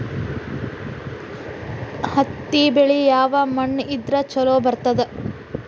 ಹತ್ತಿ ಬೆಳಿ ಯಾವ ಮಣ್ಣ ಇದ್ರ ಛಲೋ ಬರ್ತದ?